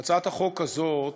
והצעת החוק הזאת